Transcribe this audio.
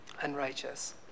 Unrighteous